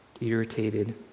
irritated